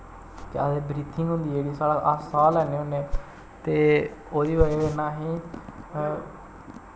केह् आखदे ब्रीथिंग होंदी जेह्ड़ी अस साह् लैन्ने होन्ने ते ओह्दी बजह् कन्नै असेंगी